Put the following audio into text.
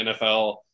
NFL